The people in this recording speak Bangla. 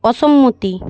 অসম্মতি